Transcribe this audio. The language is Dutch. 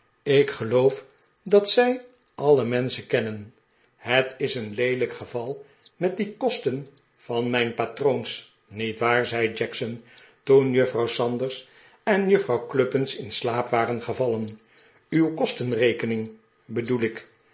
ik geloo'f dat zij alle menschen kennen het is een leelijk geval met die kosten van mijn patroons niet waar zei jackson toen juffrouw sanders en juffrouw cluppins in slaap waren gevallen uw kostenrekening bedoel ik